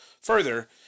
Further